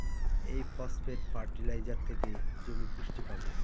এই phosphate fertiliser থেকে জমি পুষ্টি পাবে